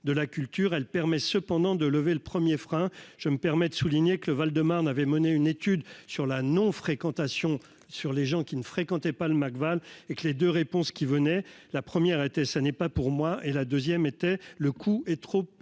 elle permet cependant de lever le 1er frein, je me permets de souligner que le Val-de-Marne avait mené une étude sur la non-fréquentation sur les gens qui ne fréquentait pas le Mac/Val et que les 2 réponses qui venaient la première était, ça n'est pas pour moi et la deuxième était le coût est trop élevé,